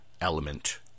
element